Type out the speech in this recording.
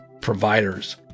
providers